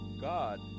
God